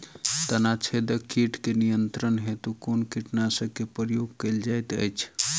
तना छेदक कीट केँ नियंत्रण हेतु कुन कीटनासक केँ प्रयोग कैल जाइत अछि?